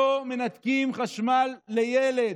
לא מנתקים חשמל לילד.